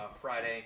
Friday